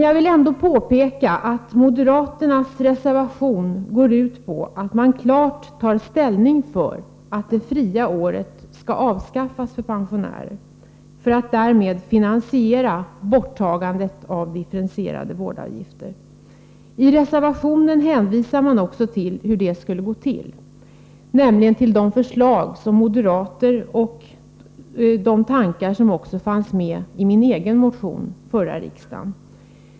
Jag vill ändå framhålla att moderaternas reservation går ut på att man klart tar ställning för att systemet med det fria året för pensionärer skall avskaffas, så att man skall kunna finansiera borttagandet av de differentierade vårdavgifterna. I reservationen hänvisar man till uttalanden som gjorts om hur det skulle gå till. Det gäller de förslag som moderaterna lagt fram och de tankar som jag gett uttryck för i en motion som jag väckte förra riksmötet.